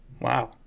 Wow